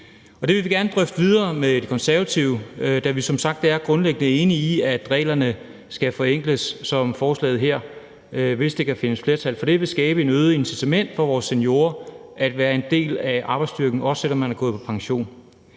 det vil vi gerne drøfte videre med De Konservative, da vi som sagt er grundlæggende enige i, at reglerne skal forenkles, og forslaget her vil – hvis der kan findes flertal for det – skabe et øget incitament for vores seniorer til at være en del af arbejdsstyrken, også selv om man er gået på pension.